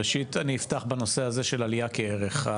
ראשית אני אפתח בנושא הזה של עלייה כערך.